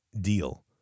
deal